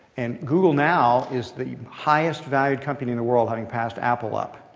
and google now is the highest valued company in the world, having passed apple up.